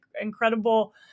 incredible